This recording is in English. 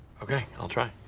okay, i'll try.